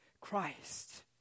Christ